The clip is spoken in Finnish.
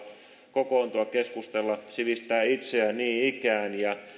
kokoontua keskustella sivistää itseään niin ikään